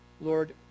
Lord